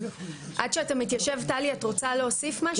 עד שאתה מתיישב טלי, את רוצה להוסיף משהו?